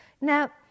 Now